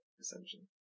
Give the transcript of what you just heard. essentially